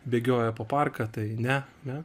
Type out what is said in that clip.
bėgioja po parką tai ne ne